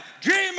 Dream